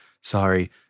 Sorry